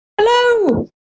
hello